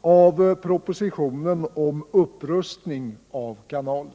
av propositionen om upprustning av kanalen.